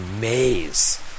maze